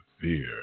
fear